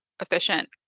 efficient